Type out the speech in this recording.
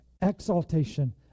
exaltation